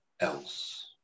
else